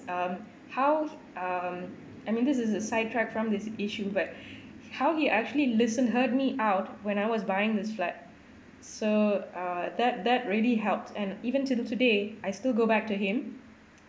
um how um I mean this is a sidetrack from this issue but how he actually listen heard me out when I was buying this flat so uh that that really helped and even till today I still go back to him